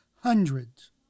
hundreds